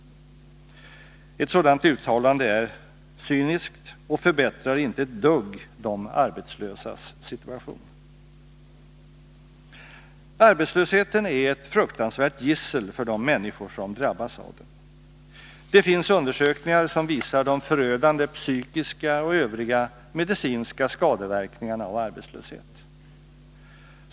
Ett sådant uttalande är cyniskt och förbättrar inte ett dugg de arbetslösas situation. Arbetslösheten är ett fruktansvärt gissel för de människor som drabbas av den. Det finns undersökningar som visar de förödande psykiska och övriga medicinska skadeverkningarna av arbetslöshet.